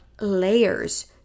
layers